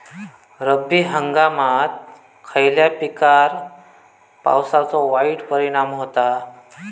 रब्बी हंगामात खयल्या पिकार पावसाचो वाईट परिणाम होता?